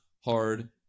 hard